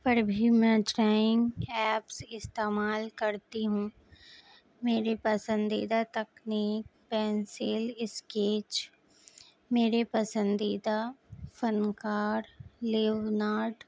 پر بھی میں drawing apps استعمال کرتی ہوں میری پسندیدہ تکنیک پینسل اسکیچ میری پسندیدہ فنکار لیوناڈو